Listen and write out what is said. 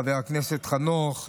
חבר הכנסת חנוך,